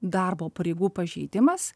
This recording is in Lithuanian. darbo pareigų pažeidimas